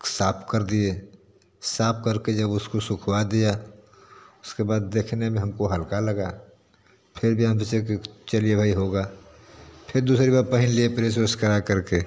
साफ़ कर दिए साफ़ करके जब उसको सुखवा दिया उसके बाद देखने में हमको हल्का लगा फिर भी हम जैसे कि चलिए भाई होगा फिर दूसरी बार पहन लिए फ्रेस व्रेस कराकर के